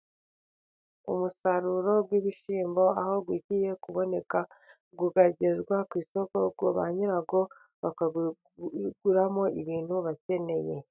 Umusaruro w'ibishyimbo aho ugiye kuboneka ukagezwa ku isoko, ku ba nyirawo bakaguramo ibintu bakeneye.